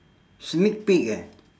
sneak peek eh